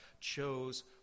chose